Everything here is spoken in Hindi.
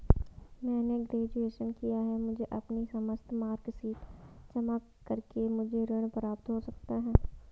मैंने ग्रेजुएशन किया है मुझे अपनी समस्त मार्कशीट जमा करके मुझे ऋण प्राप्त हो सकता है?